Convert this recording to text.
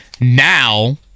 Now